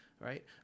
right